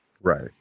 right